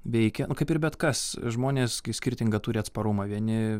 veikia nu kaip ir bet kas žmonės skirtingą turi atsparumą vieni